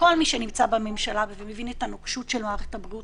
כל מי שנמצא בממשלה ומבין את הנוקשות של מערכת הבריאות,